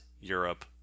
Europe